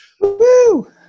woo